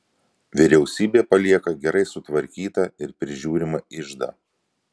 vyriausybė palieka gerai sutvarkytą ir prižiūrimą iždą